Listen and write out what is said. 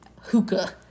hookah